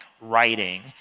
writing